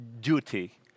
duty